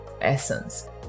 essence